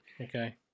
Okay